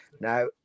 Now